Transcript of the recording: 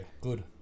good